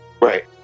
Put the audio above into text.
Right